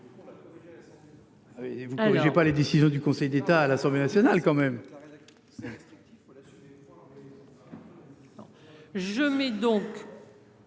vous mais j'ai pas les décisions du Conseil d'État à l'Assemblée nationale quand même.